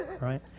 right